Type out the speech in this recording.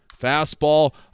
Fastball